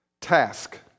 task